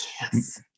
Yes